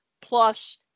plus